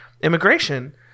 immigration